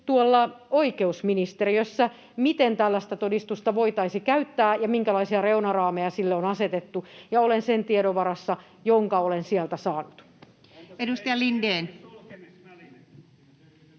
tuolla oikeusministeriössä siitä, miten tällaista todistusta voitaisiin käyttää ja minkälaisia reunaraameja sille on asetettu, ja olen sen tiedon varassa, jonka olen sieltä saanut. [Ben